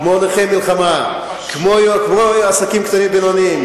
כמו נכי מלחמה כמו עסקים קטנים ובינוניים,